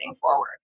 forward